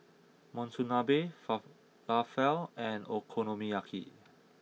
Monsunabe Falafel and Okonomiyaki